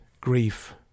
grief